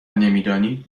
نمیدانید